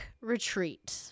retreat